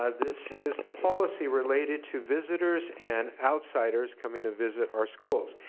ah this is the policy related to visitors and outsiders coming to visit our schools.